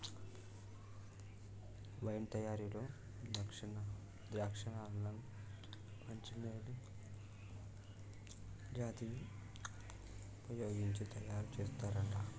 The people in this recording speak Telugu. వైన్ తయారీలో ద్రాక్షలను మంచి మేలు జాతివి వుపయోగించి తయారు చేస్తారంట